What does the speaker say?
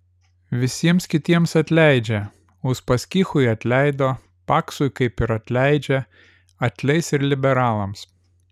visiems kitiems atleidžia uspaskichui atleido paksui kaip ir atleidžia atleis ir liberalams